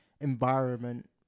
environment